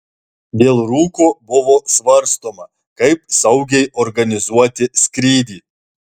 dėl rūko buvo svarstoma kaip saugiai organizuoti skrydį